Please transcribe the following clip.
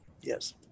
Yes